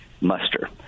muster